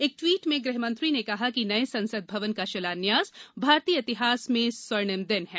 एक ट्वीट में गृहमंत्री ने कहा कि नए संसद भवन का शिलान्यास भारतीय इतिहास में स्र्णम दिन है